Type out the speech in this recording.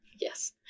Yes